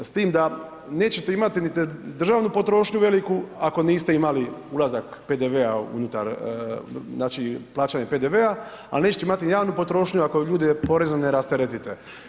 S tim da nećete imati niti državnu potrošnju veliku ako niste imali ulazak PDV-a unutar znači plaćanje PDV-a, ali nećete imati niti javnu potrošnju ako ljude porezno ne rasteretite.